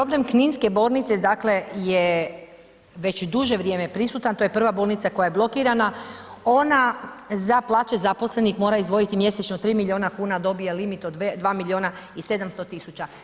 Problem kninske bolnice dakle je već duže vrijeme prisutan, to je prva bolnica koja je blokirana, ona za plaće zaposlenih mora izdvojiti mjesečno 3 milijuna kuna, a dobije limit od 2 milijuna i 700 tisuća.